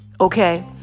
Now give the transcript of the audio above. okay